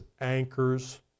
anchors